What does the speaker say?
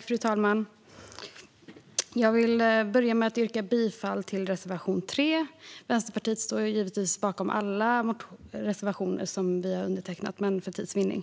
Fru talman! Vänsterpartiet står givetvis bakom alla våra reservationer, men för tids vinnande yrkar jag bifall endast till reservation 3.